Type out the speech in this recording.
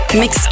mix